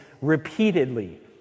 repeatedly